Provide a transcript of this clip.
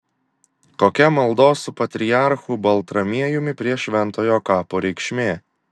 kokia maldos su patriarchu baltramiejumi prie šventojo kapo reikšmė